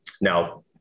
now